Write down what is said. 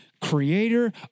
creator